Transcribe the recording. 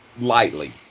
lightly